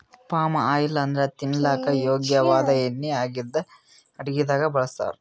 palm oil ಅಂದ್ರ ತಿನಲಕ್ಕ್ ಯೋಗ್ಯ ವಾದ್ ಎಣ್ಣಿ ಆಗಿದ್ದ್ ಅಡಗಿದಾಗ್ ಬಳಸ್ತಾರ್